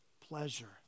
pleasure